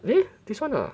nah this one lah